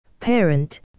parent